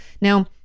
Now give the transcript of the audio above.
Now